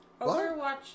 Overwatch